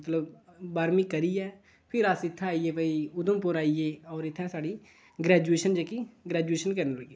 मतलब बाह्रमीं करियै फिर अस इत्थै आई गे भई उधमपुर आई गे होर इत्थै साढ़ी ग्रैजुएशन जेह्की ग्रैजुएशन करी ओड़ी ऐ